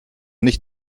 nicht